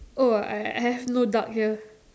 oh I I have no duck here